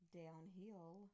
downhill